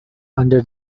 under